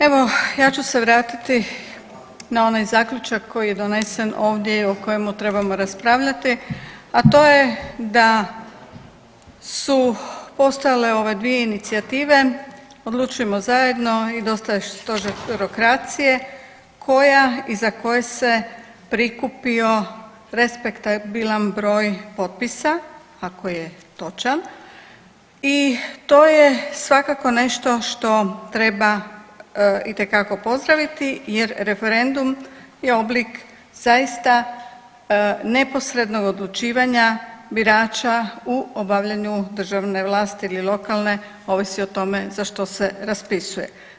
Evo, ja ću se vratiti na onaj zaključak koji je donesen ovdje, o kojemu trebamo raspravljati, a to je da su postojale ove dvije inicijative, Odlučujmo zajedno i Dosta je stožerokracije, koja i za koje se prikupio respektabilan broj potpisa, ako je točan i to je svakako nešto što treba itekako pozdraviti jer referendum je oblik zaista neposrednog odlučivanja birača u obavljanju državne vlasti ili lokalne, ovisi o tome za što se raspisuje.